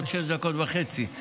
עוד שש דקות וחצי.